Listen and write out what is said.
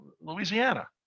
Louisiana